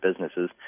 businesses